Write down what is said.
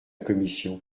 commission